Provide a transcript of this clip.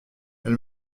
elle